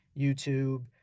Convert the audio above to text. YouTube